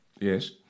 Yes